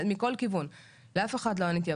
מכל כיוון ולאף אחד לא עניתי,